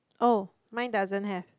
oh mine doesn't have